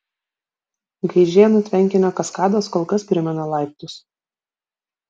gaižėnų tvenkinio kaskados kol kas primena laiptus